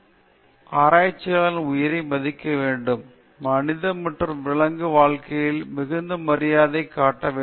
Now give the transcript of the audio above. வாழ்க்கை மிகவும் மதிப்பு வாய்ந்தது அது முக்கியம் ஆராய்ச்சியாளர் உயிரை மதிக்க வேண்டும் மனித மற்றும் விலங்கு வாழ்க்கைக்கு மிகுந்த மரியாதை காட்ட வேண்டும்